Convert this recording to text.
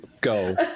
go